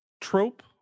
trope